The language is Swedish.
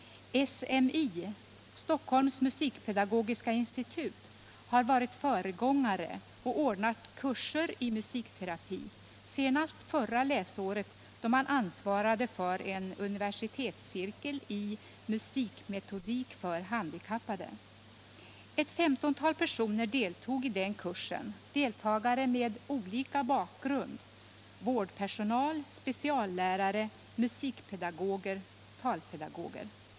SMI, Stockholms musikpedagogiska institut, har varit föregångare och ordnat kurser i musikterapi, senast förra läsåret då man ansvarade för en universitetscirkel i musikmetodik för handikappade. Ett femtontal personer deltog i kursen, deltagare med olika bakgrund: vårdpersonal, speciallärare, musikpedagoger och talpedagoger.